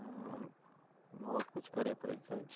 आओर बहुत किछु करे पड़ैत छै